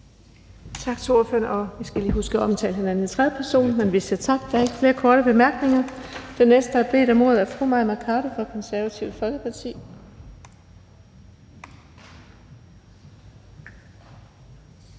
(Birgitte Vind): Vi skal lige huske at omtale hinanden i tredje person. Vi siger tak, for der er ikke flere korte bemærkninger til ordføreren. Den næste, der har bedt om ordet, er fru Mai Mercado fra Det Konservative Folkeparti.